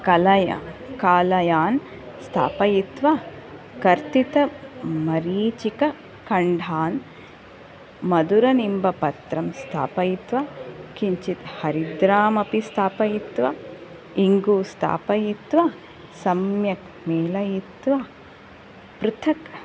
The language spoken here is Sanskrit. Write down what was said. कलय कालयान् स्थापयित्वा कर्तितमरीचिकखण्डान् मधुरनिम्बपत्रं स्थापयित्वा किञ्चित् हरिद्रामपि स्थापयित्वा हिङ्गु स्थापयित्वा सम्यक् मेलयित्वा पृथक्